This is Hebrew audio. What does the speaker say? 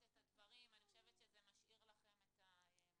את הדברים אני חושבת שזה משאיר לכם את המקום.